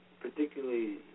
Particularly